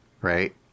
Right